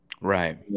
Right